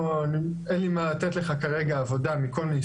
אין לי מה לתת לך כרגע עבודה מכל מיני